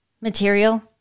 material